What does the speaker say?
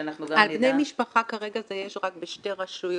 שאנחנו גם נדע --- על בני משפחה יש רק בשתי רשויות.